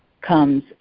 comes